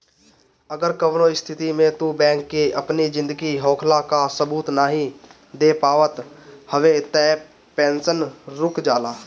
अगर कवनो स्थिति में तू बैंक के अपनी जिंदा होखला कअ सबूत नाइ दे पावत हवअ तअ पेंशन रुक जाला